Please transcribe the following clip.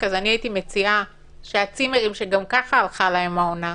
הייתי מציעה שהצימרים שגם ככה הלכה להם העונה,